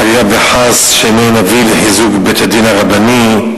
חלילה וחס שמא נביא לחיזוק בית-הדין הרבני.